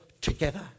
together